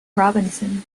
robinson